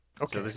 Okay